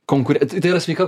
konkur tai tai yra sveika